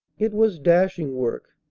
it was dashing work,